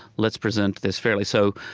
let's present this fairly. so,